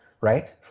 right